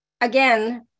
again